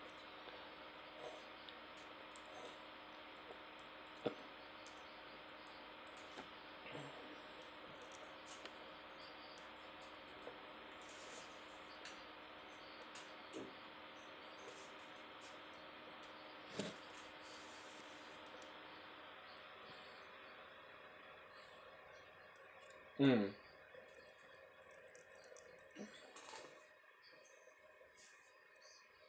mm